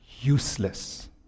useless